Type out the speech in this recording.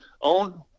own